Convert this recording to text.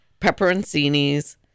pepperoncinis